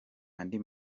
andi